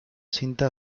cinta